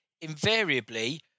invariably